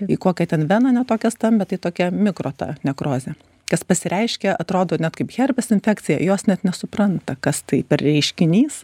į kokią ten veną ne tokią stambią tai tokia mikro ta nekrozė kas pasireiškia atrodo net kaip herpis infekcija jos net nesupranta kas tai per reiškinys